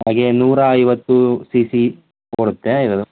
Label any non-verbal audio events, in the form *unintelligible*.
ಹಾಗೆ ನೂರಾ ಐವತ್ತು ಸಿ ಸಿ *unintelligible* ಇದು